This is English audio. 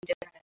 different